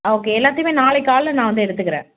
okay எல்லாத்தையுமே நாளைக்கு காலையில நான் வந்து எடுத்துக்கிறேன்